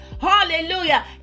Hallelujah